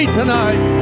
tonight